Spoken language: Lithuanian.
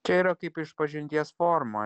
čia yra kaip išpažinties forma